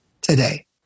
today